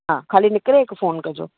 हा ख़ाली निकिरे हिकु फ़ोन कजो